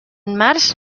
març